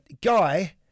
Guy